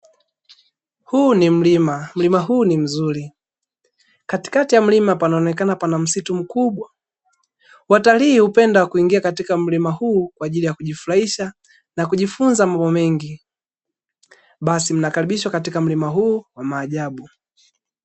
Huu ni mlima mlima huu ni mzuri katikati ya mlima panaonekana pana msitu mkubwa, watalii hupenda kuingia katika mlima huu kwa ajili ya kujifurahisha na kujifunza mambo mengi basi mnakaribishwa katika mlima huu wa maajabu.